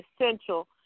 essential